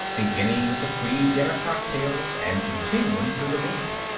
beginning with the pre-dinner cocktails and continuing through the meal.